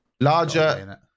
Larger